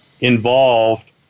involved